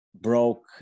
broke